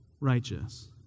righteous